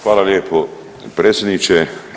Hvala lijepo predsjedniče.